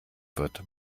wird